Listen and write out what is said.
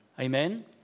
amen